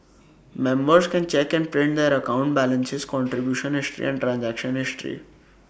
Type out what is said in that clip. members can check and print their account balances contribution history and transaction history